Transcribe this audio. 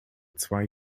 zwei